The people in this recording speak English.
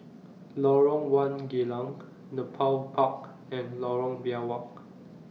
Lorong one Geylang Nepal Park and Lorong Biawak